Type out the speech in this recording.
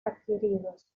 adquiridos